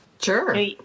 Sure